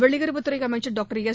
வெளியுறவுத் துறை அமைச்சர் டாக்டர் எஸ்